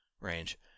range